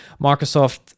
microsoft